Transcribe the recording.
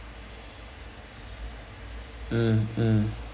mm mm